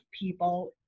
people